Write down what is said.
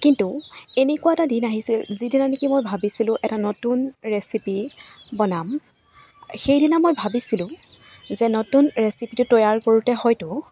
কিন্তু এনেকুৱা এটা দিন আহিছিল যিদিনা নেকি মই ভাবিছিলোঁ এটা নতুন ৰেচিপি বনাম সেইদিনা মই ভাবিছিলোঁ যে নতুন ৰেচিপিটো তৈয়াৰ কৰোঁতে হয়তো